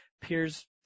peers